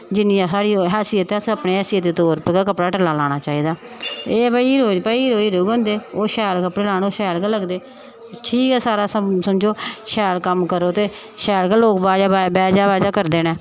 जिन्नी साढ़ी हैसियत ऐ असें अपनी हैसियत दे तौर पर कपड़ा गै टल्ला कपड़ा लाना चाहिदा एह् ऐ भाई हीरो हीरो गै होंदे ओह् शैल कपड़े लान ओ शैल गै लगदे ठीक ऐ सारा शैल समझो शैल कम्म करो ते शैल गै लोक बैह्जा बैह्जा करदे न